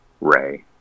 Ray